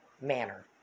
manner